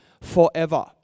forever